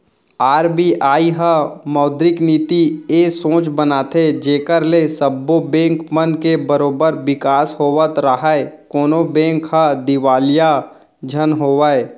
RBI ह मौद्रिक नीति ए सोच बनाथे जेखर ले सब्बो बेंक मन के बरोबर बिकास होवत राहय कोनो बेंक ह दिवालिया झन होवय